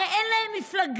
הרי אין להם מפלגה.